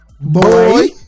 boy